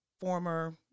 former